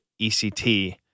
ECT